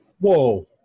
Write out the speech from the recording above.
Whoa